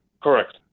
Correct